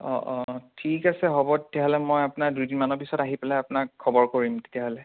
অ' অ' ঠিক আছে হ'ব তেতিয়াহ'লে মই আপোনাৰ দুদিনমানৰ পিছত আহি পেলাই আপোনাক খবৰ কৰিম তেতিয়াহ'লে